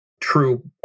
true